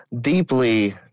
deeply